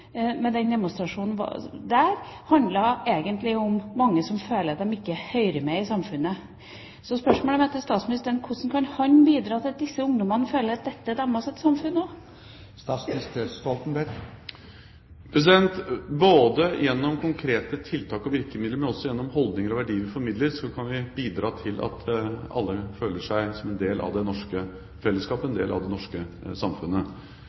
egentlig om mange som føler at de ikke hører med i samfunnet. Spørsmålet mitt til statsministeren er: Hvordan kan han bidra til at disse ungdommene føler at dette er deres samfunn også? Både gjennom konkrete tiltak og virkemidler og gjennom holdninger og verdier vi formidler, kan vi bidra til at alle føler seg som en del av det norske fellesskapet, en del av det norske samfunnet.